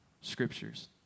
scriptures